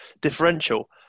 differential